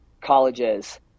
colleges